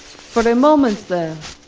for a moment there,